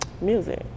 music